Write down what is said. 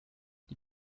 die